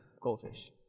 goldfish